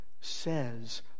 says